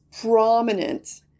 prominent